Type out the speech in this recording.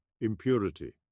impurity